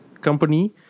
Company